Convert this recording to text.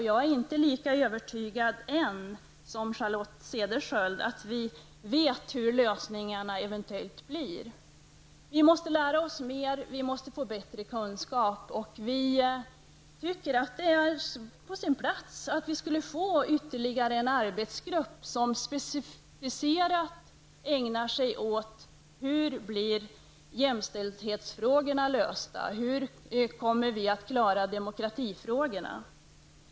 Jag är ännu inte lika övertygad som Charlotte Cederschiöld om att vi vet hur lösningarna kommer att se ut. Vi måste lära oss mer, vi måste få bättre kunskap. Vi tycker att det vore på sin plats att vi skulle få ytterligare en arbetsgrupp som särskilt skall ägna sig åt hur jämställdhetsfrågorna kommer att lösas och hur vi kommer att klara demokratifrågorna.